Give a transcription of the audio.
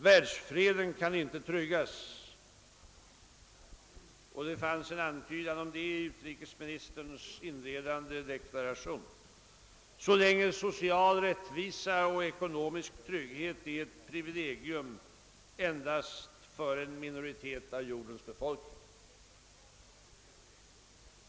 Världsfreden kan inte tryggas — det fanns en antydan om det också i utrikesministerns inledande deklaration — så länge social rättvisa och ekonomisk trygghet är ett privilegium för en minoritet av jordens befolkning.